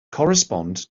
correspond